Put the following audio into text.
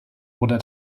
oder